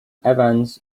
evans